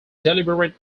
deliberate